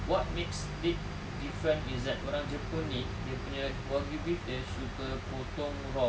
what makes it different is that orang jepun ni dia punya wagyu beef dia suka potong raw